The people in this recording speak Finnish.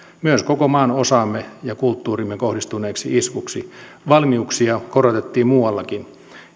myös koko maanosaamme ja kulttuuriimme kohdistuneeksi iskuksi valmiuksia korotettiin muuallakin